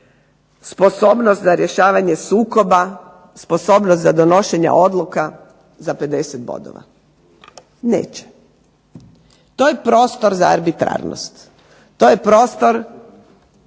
sposobnost za rješavanje sukoba, sposobnost za donošenje odluka za 50 bodova. Neće. To je prostor za arbitrarnost, to je prostor,